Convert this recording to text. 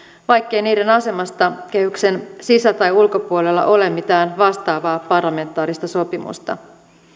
vaikkei niiden asemasta kehyksen sisä tai ulkopuolella ole mitään vastaavaa parlamentaarista sopimusta